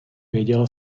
věděla